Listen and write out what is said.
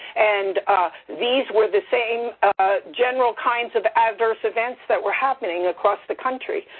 and these were the same general kinds of adverse events that were happening across the country.